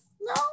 No